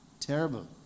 Terrible